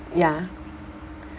ya